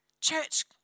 church